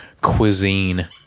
cuisine